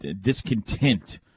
discontent